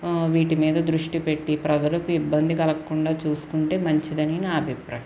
వీటి మీద దృష్టి పెట్టి ప్రజలకు ఇబ్బంది కలగకుండా చూసుకుంటే మంచిదని నా అభిప్రాయం